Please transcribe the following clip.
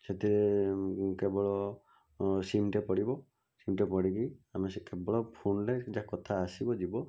ସେଥିରେ କେବଳ ସିମ୍ଟେ ପଡ଼ିବ ସିମ୍ଟେ ପଡ଼ିକି ଆମେ ସେ କେବଳ ଫୋନ୍ ରେ ଯାହା କଥା ଆସିବ ଯିବ